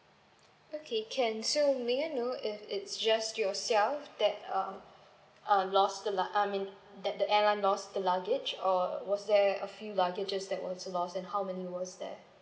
okay can so may I know if it's just yourself that um uh lost the lugg~ I mean that the airline lost the luggage or was there a few luggages that was lost and how many was there